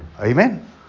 Amen